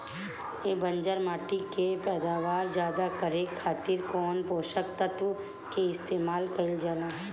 बंजर माटी के पैदावार ज्यादा करे खातिर कौन पोषक तत्व के इस्तेमाल कईल जाला?